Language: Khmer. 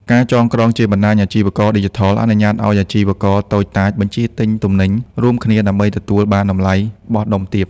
ការចងក្រងជា បណ្ដាញអាជីវករឌីជីថល អនុញ្ញាតឱ្យអាជីវករតូចតាចបញ្ជាទិញទំនិញរួមគ្នាដើម្បីទទួលបានតម្លៃបោះដុំទាប។